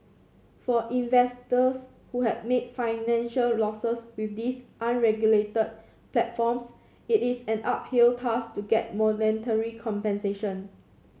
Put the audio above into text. for investors who have made financial losses with these unregulated platforms it is an uphill task to get monetary compensation